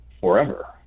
forever